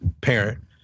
parent